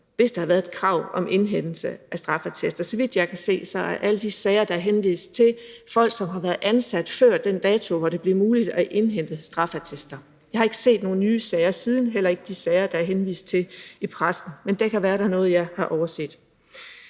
hvis der havde været et krav om indhentelse af straffeattester. Så vidt jeg kan se, drejer alle de sager, der er henvist til, sig om folk, som har været ansat før den dato, hvor det blev muligt at indhente straffeattester. Jeg har ikke set nogen nye sager siden, heller ikke de sager, der er henvist til i pressen. Men det kan være, at der er noget, jeg har overset.